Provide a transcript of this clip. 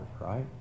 right